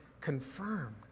confirmed